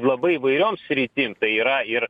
labai įvairiom sritim tai yra ir